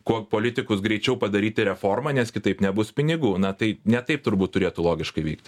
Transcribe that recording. kuo politikus greičiau padaryti reformą nes kitaip nebus pinigų na tai ne taip turbūt turėtų logiškai veikti